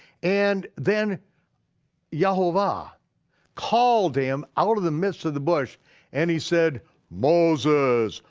and then yehovah called him out of the mist of the bush and he said moses,